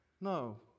no